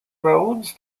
rhodes